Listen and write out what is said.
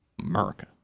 America